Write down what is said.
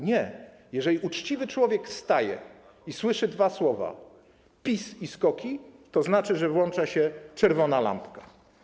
Nie, jeżeli uczciwy człowiek staje i słyszy dwa słowa: PiS i SKOK-i, to włącza się czerwona lampka.